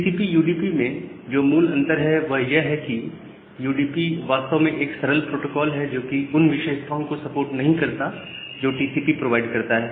TCP UDP में जो मूल अंतर है वह यह है कि यूडीपी वास्तव में एक सरल प्रोटोकॉल है जो कि उन विशेषताओं को सपोर्ट नहीं करता जो टीसीपी प्रोवाइड करता है